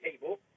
table